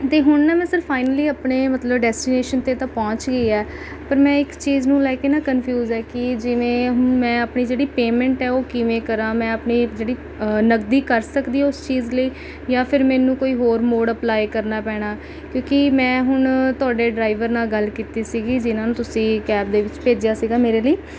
ਅਤੇ ਹੁਣ ਨਾ ਮੈਂ ਸਰ ਫਾਇਨਲੀ ਆਪਣੇ ਮਤਲਬ ਡੈਸਟੀਨੇਸ਼ਨ 'ਤੇ ਤਾਂ ਪਹੁੰਚ ਗਈ ਹੈ ਪਰ ਮੈਂ ਇੱਕ ਚੀਜ਼ ਨੂੰ ਲੈ ਕੇ ਨਾ ਕੰਨਫਿਊਜ਼ ਹੈ ਕਿ ਜਿਵੇਂ ਮੈਂ ਆਪਣੀ ਜਿਹੜੀ ਪੈਮੇਂਟ ਹੈ ਉਹ ਕਿਵੇਂ ਕਰਾਂ ਮੈਂ ਆਪਣੀ ਜਿਹੜੀ ਨਕਦੀ ਕਰ ਸਕਦੀ ਉਸ ਚੀਜ਼ ਲਈ ਜਾਂ ਫਿਰ ਮੈਨੂੰ ਕੋਈ ਹੋਰ ਮੋਡ ਅਪਲਾਈ ਕਰਨਾ ਪੈਣਾ ਕਿਉਂਕਿ ਮੈਂ ਹੁਣ ਤੁਹਾਡੇ ਡਰਾਇਵਰ ਨਾਲ ਗੱਲ ਕੀਤੀ ਸੀਗੀ ਜਿਨ੍ਹਾਂ ਨੂੰ ਤੁਸੀਂ ਕੈਬ ਦੇ ਵਿੱਚ ਭੇਜਿਆ ਸੀਗਾ ਮੇਰੇ ਲਈ